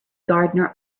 gardener